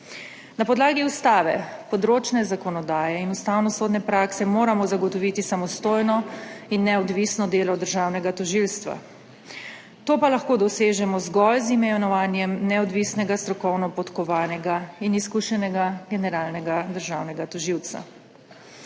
Na podlagi ustave, področne zakonodaje in ustavnosodne prakse moramo zagotoviti samostojno in neodvisno delo državnega tožilstva, to pa lahko dosežemo zgolj z imenovanjem neodvisnega, strokovno podkovanega in izkušenega generalnega državnega tožilca.